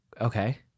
Okay